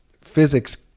physics